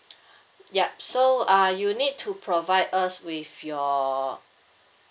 yup so uh you need to provide us with your